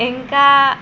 ఇంకా